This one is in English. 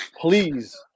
Please